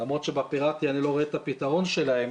למרות שבפיראטי אני לא רואה את הפתרון שלהם,